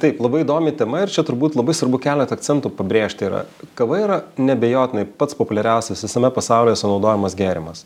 taip labai įdomi tema ir čia turbūt labai svarbu keletą akcentų pabrėžti yra kava yra neabejotinai pats populiariausias visame pasaulyje sunaudojamas gėrimas